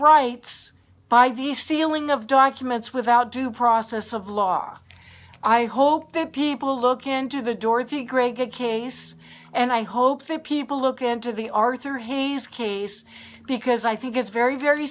rights by the ceiling of documents without due process of law i hope that people look into the dorothy craig case and i hope that people look and to the arthur hayes case because i think it's very very